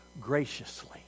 graciously